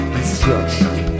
Destruction